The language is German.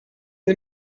sie